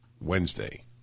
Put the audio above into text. Wednesday